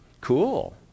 Cool